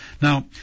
Now